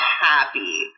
happy